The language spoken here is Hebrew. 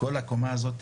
כל הקומה הזאת